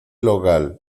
local